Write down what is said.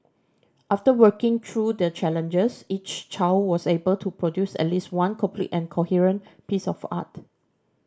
after working through the challenges each child was able to produce at least one complete and coherent piece of art